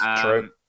True